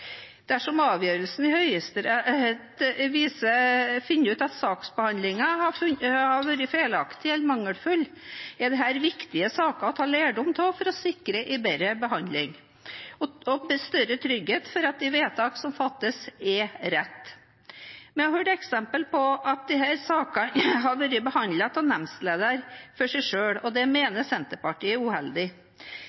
Dersom avgjørelsene i saksbehandlingene er funnet feilaktige eller mangelfulle, er dette viktige saker å ta lærdom av for å sikre bedre behandling og større trygghet for at de vedtak som fattes, er rette. Vi har hørt eksempler på at disse sakene har vært behandlet av nemndleder for seg selv, og det